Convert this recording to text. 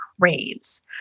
craves